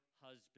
husband